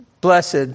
Blessed